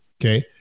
Okay